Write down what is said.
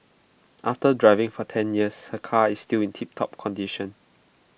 after driving for ten years her car is still in tiptop condition